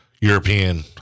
European